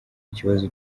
ikibazo